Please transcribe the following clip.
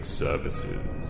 services